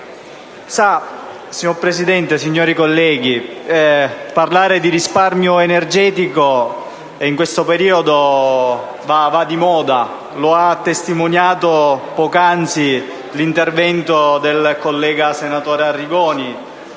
Signora Presidente, onorevoli colleghi, parlare di risparmio energetico in questo periodo va di moda. Lo ha testimoniato poc'anzi l'intervento del collega senatore Arrigoni,